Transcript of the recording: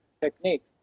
techniques